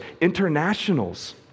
internationals